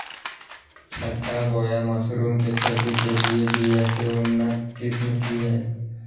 छत्ता बोया मशरूम के खेती के लिए बिया के उन्नत किस्म की हैं?